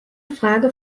frage